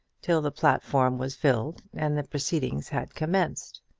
till the platform was filled and the proceedings had commenced.